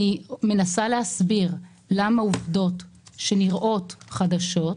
אני מנסה להסביר למה עובדות שנראות חדשות,